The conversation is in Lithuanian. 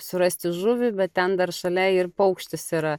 surasti žuvį bet ten dar šalia ir paukštis yra